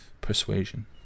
persuasion